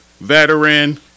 veteran